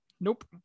Nope